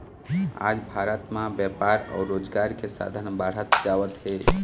आज भारत म बेपार अउ रोजगार के साधन बाढ़त जावत हे